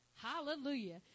Hallelujah